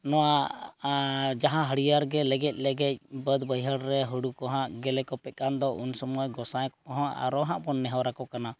ᱱᱚᱣᱟ ᱡᱟᱦᱟᱸ ᱦᱟᱹᱲᱭᱟᱨ ᱜᱮ ᱞᱮᱜᱮᱡ ᱞᱮᱜᱮᱡ ᱵᱟᱹᱫᱽ ᱵᱟᱹᱭᱦᱟᱹᱲ ᱨᱮ ᱦᱩᱲᱩ ᱠᱚ ᱦᱟᱸᱜ ᱜᱮᱞᱮ ᱠᱚᱯᱮᱜ ᱠᱟᱱ ᱫᱚ ᱩᱱᱥᱩᱢᱟᱹᱭ ᱜᱚᱸᱥᱟᱭ ᱠᱚᱦᱚᱸ ᱟᱨᱚ ᱦᱟᱸᱜ ᱵᱚᱱ ᱱᱮᱦᱚᱨᱟᱠᱚ ᱠᱟᱱᱟ